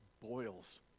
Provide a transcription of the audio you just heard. boils